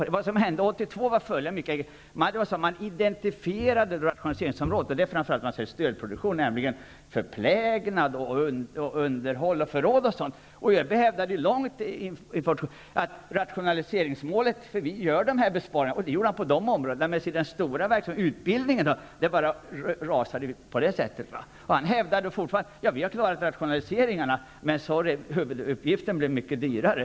Vad som hände 1982 var följande. Man identifierade rationaliseringsområdet, och det var framför allt fråga om stödproduktion, nämligen förplägnad, underhåll, förråd, osv. ÖB hävdade länge att rationaliseringsmålet skulle uppnås, eftersom försvaret genomförde dessa besparingar. Det gjorde han också på de områdena, men den stora verksamheten -- utbildningen -- bara rasade utför. ÖB hävdar fortfarande att försvaret har klarat av rationaliseringarna. Sorry, men huvuduppgiften blir mycket dyrare.